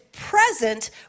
present